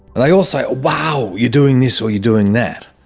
they all say, wow, you're doing this or you're doing that,